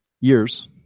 Years